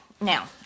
Now